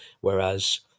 Whereas